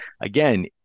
again